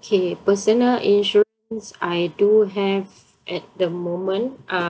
K personal insurance I do have at the moment uh